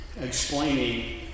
explaining